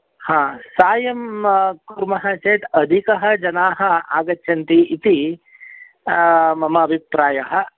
आं सायं कुर्मः चेत् अधिकजनाः आगच्छन्ति इति मम अभिप्रायः